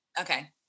Okay